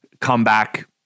comeback